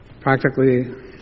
practically